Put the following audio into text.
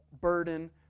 burden